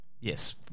Yes